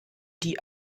die